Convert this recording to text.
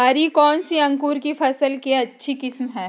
हरी कौन सी अंकुर की फसल के अच्छी किस्म है?